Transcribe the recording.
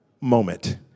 moment